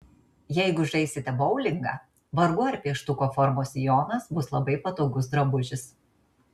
jeigu žaisite boulingą vargu ar pieštuko formos sijonas bus labai patogus drabužis